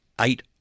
eight